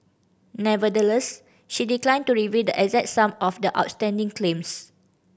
nevertheless she declined to reveal the exact sum of the outstanding claims